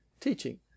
teaching